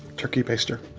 turkey baster.